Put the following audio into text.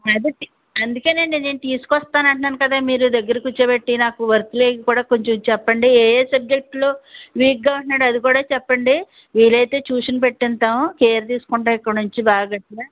కదండి అందుకేనండి నేను తీసుకు వస్తా అంటున్నాను కదా మీరు దగ్గర కూర్చోబెట్టి నాకు వర్క్లు అవి కూడా కొంచెం చెప్పండి ఏ ఏ సబ్జెక్టుల్లో వీక్గా ఉంటున్నాడో అదికూడా చెప్పండి వీలైతే ట్యూషన్ పెట్టిస్తాం కేర్ తీసుకుంటాము ఇక్కడ నుంచి బాగా అలా